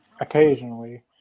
Occasionally